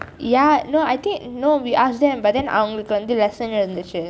ya no I think no we ask them but then அவங்களுக்கு:avankalukku lesson இருந்தச்சு:irunthachu